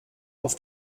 off